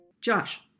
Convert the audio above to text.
Josh